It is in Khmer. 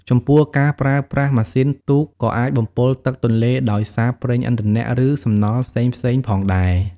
ចំពោះការប្រើប្រាស់ម៉ាស៊ីនទូកក៏អាចបំពុលទឹកទន្លេដោយសារប្រេងឥន្ធនៈ ឬសំណល់ផ្សេងៗផងដែរ។